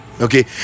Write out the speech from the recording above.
Okay